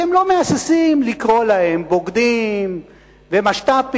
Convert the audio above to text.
אתם לא מהססים לקרוא להם בוגדים ומשת"פים,